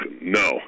no